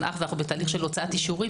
אחווה - אנו בתהליך של הוצאת אישורים.